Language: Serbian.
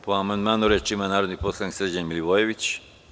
Po amandmanu, reč ima narodni poslanik Srđan Milivojević.